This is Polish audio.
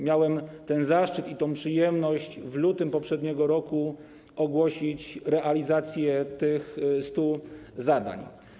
Miałem zaszczyt i przyjemność w lutym poprzedniego roku ogłosić realizację tych 100 zadań.